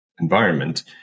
environment